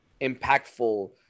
impactful